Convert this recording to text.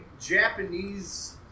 Japanese